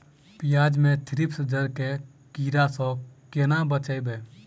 प्याज मे थ्रिप्स जड़ केँ कीड़ा सँ केना बचेबै?